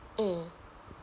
mm